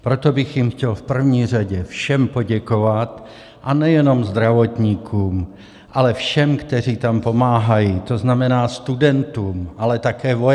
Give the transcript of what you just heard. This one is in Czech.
Proto bych jim chtěl v první řadě všem poděkovat, a nejenom zdravotníkům, ale všem, kteří tam pomáhají, to znamená studentům, ale také vojákům.